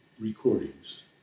recordings